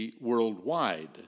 worldwide